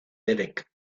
derek